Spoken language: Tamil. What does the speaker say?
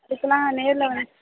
அதுக்கெலாம் நேரில் வந்து